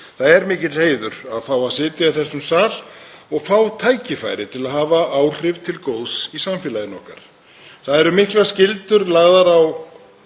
Það er mikill heiður að fá að sitja í þessum sal og fá tækifæri til að hafa áhrif til góðs í samfélaginu okkar. Það eru miklar skyldur lagðar á